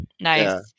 Nice